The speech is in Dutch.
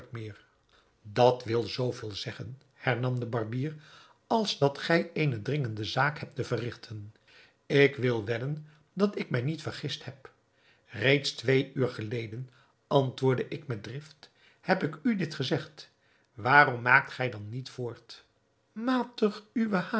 meer dat wil zoo veel zeggen hernam de barbier als dat gij eene dringende zaak hebt te verrigten ik wil wedden dat ik mij niet vergist heb reeds twee uur geleden antwoordde ik met drift heb ik u dit gezegd waarom maakt gij dan niet voort matig uwe